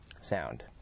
sound